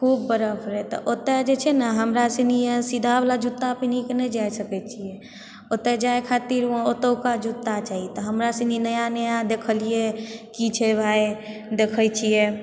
खूब बरफ रहै तऽ ओतए जे छै ने हमरासुन सीधावला जूता पिन्ही कऽ नहि जाइ सकै छियै ओतय जाय खातिर ओतुका जूता चाही तऽ हमरा सुनी नया नया देखलियै की छै भाय देखै छियै